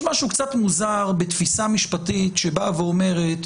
יש משהו קצת מוזר בתפיסה משפטית שאומרת: